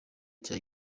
cya